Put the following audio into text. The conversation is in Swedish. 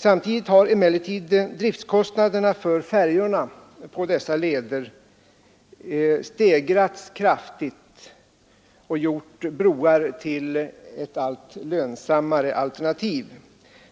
Samtidigt har emellertid driftkostnaderna för färjorna på dessa leder stegrats kraftigt och gjort broar till ett allt lönsammare alternativ.